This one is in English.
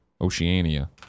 Oceania